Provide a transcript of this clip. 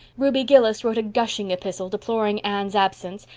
ruby gillis wrote a gushing epistle deploring anne's absence,